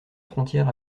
frontière